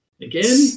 Again